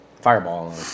Fireball